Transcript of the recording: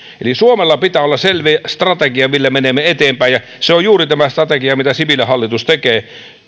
eli suomella pitää olla selvä strategia millä menemme eteenpäin ja se on juuri tämä strategia mitä sipilän hallitus tekee